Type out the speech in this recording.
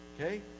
Okay